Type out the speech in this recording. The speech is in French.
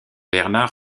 bernard